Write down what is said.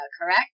correct